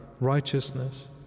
righteousness